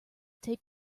take